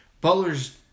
Butler's